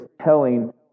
telling